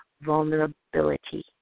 vulnerability